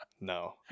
no